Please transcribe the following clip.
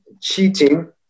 Cheating